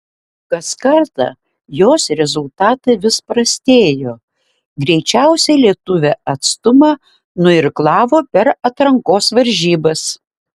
kas kartą jos rezultatai vis prastėjo greičiausiai lietuvė atstumą nuirklavo per atrankos varžybas